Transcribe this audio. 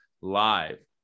live